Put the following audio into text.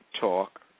talk